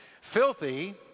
Filthy